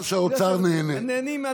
העיקר שהאוצר נהנה.